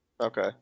okay